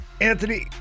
Anthony